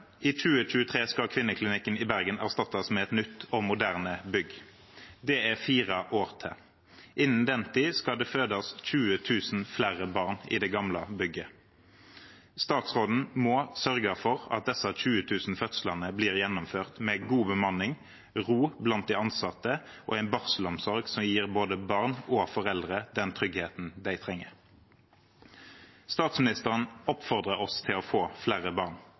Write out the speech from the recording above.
I 2023 skal kvinneklinikken i Bergen erstattes med et nytt og moderne bygg. Det er fire år til. Innen den tid skal det fødes 20 000 flere barn i det gamle bygget. Statsråden må sørge for at disse 20 000 fødslene blir gjennomført med god bemanning, ro blant de ansatte og en barselomsorg som gir både barn og foreldre den tryggheten de trenger. Statsministeren oppfordrer oss til å få flere barn.